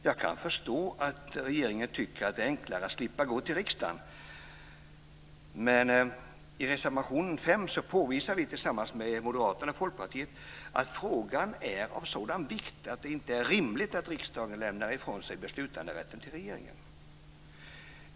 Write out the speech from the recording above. Jag kan förstå att regeringen tycker att det är enklare att slippa gå till riksdagen. Men i reservation 5 påvisar vi tillsammans med Moderaterna och Folkpartiet att frågan är av en sådan vikt att det inte är rimligt att riksdagen lämnar ifrån sig beslutanderätten till regeringen.